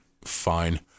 Fine